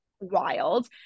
wild